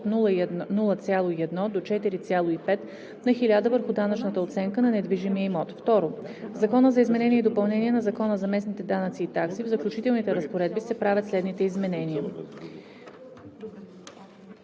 от 0,1 до 4,5 на хиляда върху данъчната оценка на недвижимия имот.“ 2. В Закона за изменение и допълнение на Закона за местните данъци и такси (обн., ДВ, бр. ...) в заключителните разпоредби се правят следните изменения: